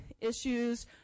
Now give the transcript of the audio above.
issues